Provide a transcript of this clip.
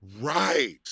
right